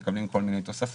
הם מקבלים כל מיני תוספות,